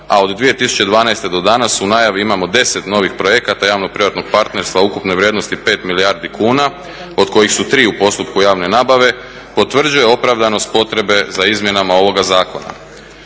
a od 2012. do danas u najavi imamo 10 novih projekata javno-privatnog partnerstva ukupne vrijednosti 5 milijardi kuna od kojih su 3 u postupku javne nabave, potvrđuje opravdanost potrebe za izmjenama ovoga zakona.